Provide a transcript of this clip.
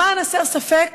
למען הסר ספק,